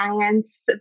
science